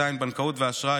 פרק ז' בנקאות ואשראי,